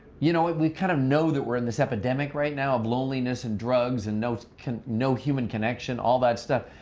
you know we kind of know that we're in this epidemic right now of loneliness and drugs and no human no human connection all that stuff,